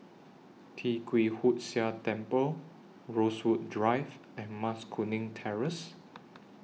Tee Kwee Hood Sia Temple Rosewood Drive and Mas Kuning Terrace